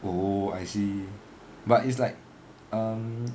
oh I see but it's like um